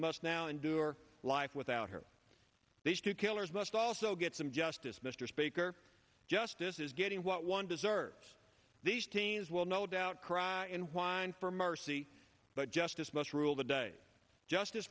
must now endure life without her these two killers must also get some justice mr speaker justice is getting what one deserves these teens will no doubt cry and whine for mercy but justice must rule the day justice